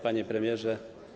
Panie Premierze!